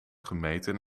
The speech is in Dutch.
gemeten